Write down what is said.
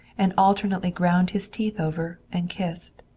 and alternately ground his teeth over and kissed.